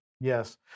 Yes